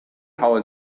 how